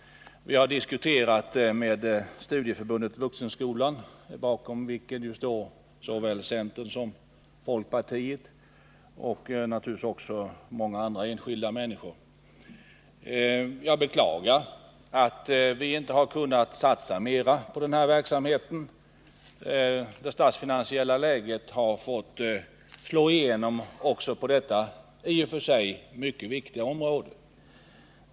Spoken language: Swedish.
Jag har haft diskussioner med Studieförbundet Vuxenskolan, bakom vilket står såväl centern som folkpartiet och naturligtvis många enskilda människor. Jag beklagar att det inte har varit möjligt att satsa mer på denna verksamhet. Det statsfinansiella läget har fått slå igenom också på detta i och för sig mycket viktiga område.